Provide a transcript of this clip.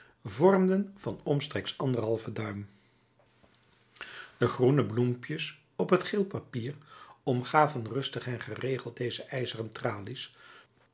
vormden van omstreeks anderhalven duim de groene bloempjes op het geel papier omgaven rustig en geregeld deze ijzeren tralies